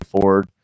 forward